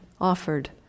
offered